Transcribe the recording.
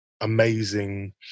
amazing